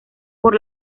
por